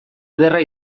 ederra